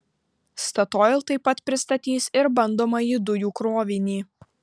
statoil taip pat pristatys ir bandomąjį dujų krovinį